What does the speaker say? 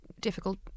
difficult